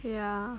ya